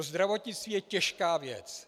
Zdravotnictví je těžká věc.